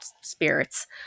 spirits